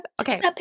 Okay